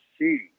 see